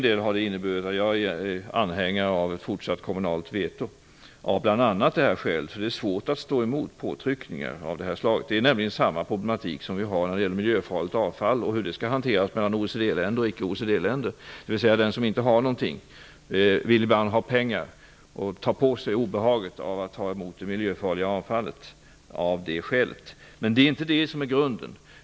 Jag är anhängare av ett fortsatt kommunalt veto av bl.a. det här skälet. Det är svårt att stå emot påtryckningar av olika slag. Det är samma problematik vi har när det gäller miljöfarligt avfall och hur det skall hanteras mellan OECD-länder och icke OECD-länder. Den som inte har någonting vill ibland ha pengar för att ta på sig obehaget av att ta emot miljöfarligt avfall. Men det är inte detta som är grunden.